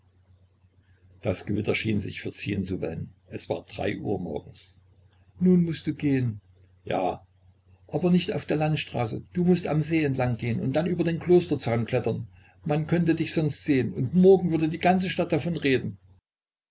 das gewitter schien sich verziehen zu wollen es war drei uhr morgens nun mußt du gehen ja aber nicht auf der landstraße du mußt am see entlang gehn und dann über den klosterzaun klettern man könnte dich sonst sehen und morgen würde die ganze stadt davon reden